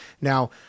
Now